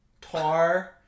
tar